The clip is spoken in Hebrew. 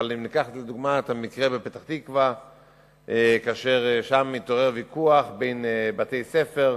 ניקח לדוגמה את המקרה בפתח-תקווה כאשר שם התעורר ויכוח בין בתי-ספר.